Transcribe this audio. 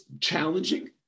challenging